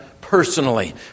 personally